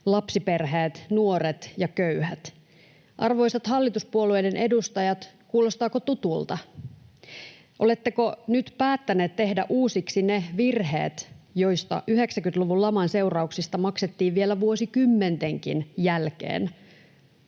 lapsiperheet, nuoret ja köyhät. Arvoisat hallituspuolueiden edustajat, kuulostaako tutulta? Oletteko nyt päättäneet tehdä uusiksi ne virheet, joista 90-luvun laman seurauksena maksettiin vielä vuosikymmentenkin jälkeen?